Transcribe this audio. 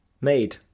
made